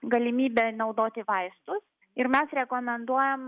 galimybė naudoti vaistus ir mes rekomenduojam